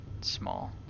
small